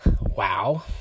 wow